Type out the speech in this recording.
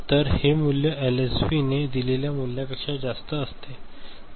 तर हे मूल्य एलएसबीने दिलेल्या मूल्यापेक्षा जास्त असते